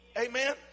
Amen